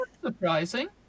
surprising